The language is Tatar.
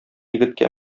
егеткә